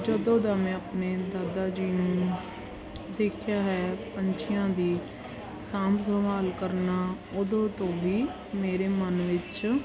ਜਦੋਂ ਦਾ ਮੈਂ ਆਪਣੇ ਦਾਦਾ ਜੀ ਨੂੰ ਦੇਖਿਆ ਹੈ ਪੰਛੀਆਂ ਦੀ ਸਾਂਭ ਸੰਭਾਲ ਕਰਨਾ ਉਦੋਂ ਤੋਂ ਹੀ ਮੇਰੇ ਮਨ ਵਿੱਚ